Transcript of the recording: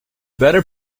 better